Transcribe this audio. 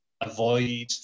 avoid